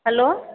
madam